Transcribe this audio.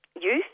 youth